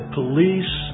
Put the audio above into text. police